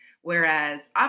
Whereas